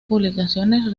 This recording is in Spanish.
publicaciones